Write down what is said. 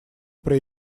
при